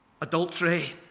adultery